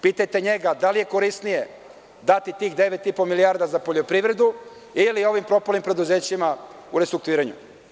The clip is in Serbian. Pitajte njega da li je korisnije dati tih 9,5 milijardi za poljoprivredu ili ovim propalim preduzećima u restrukturiranju?